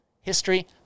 history